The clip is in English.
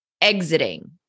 exiting